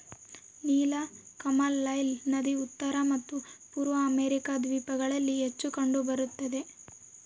ನೀಲಕಮಲ ನೈಲ್ ನದಿ ಉತ್ತರ ಮತ್ತು ಪೂರ್ವ ಅಮೆರಿಕಾ ದ್ವೀಪಗಳಲ್ಲಿ ಹೆಚ್ಚು ಕಂಡು ಬರುತ್ತದೆ